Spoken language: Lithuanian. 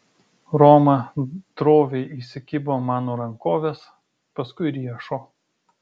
roma droviai įsikibo mano rankovės paskui riešo